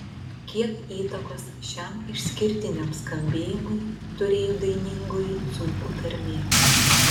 kiek įtakos šiam išskirtiniam skambėjimui turėjo dainingoji dzūkų tarmė